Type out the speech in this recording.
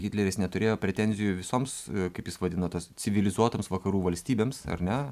hitleris neturėjo pretenzijų visoms kaip jis vadino tos civilizuotoms vakarų valstybėms ar ne